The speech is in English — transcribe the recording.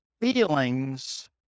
feelings